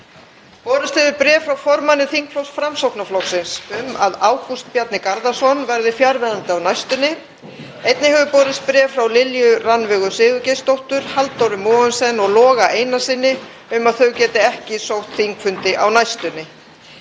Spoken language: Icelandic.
Borist hefur bréf frá formanni þingflokks Framsóknarflokksins um að Ágúst Bjarni Garðarsson verði fjarverandi á næstunni. Einnig hefur borist bréf frá Lilju Rannveigu Sigurgeirsdóttur, Halldóru Mogensen og Loga Einarssyni um að þau geti ekki sótt þingfundi á næstunni.